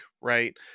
right